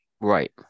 Right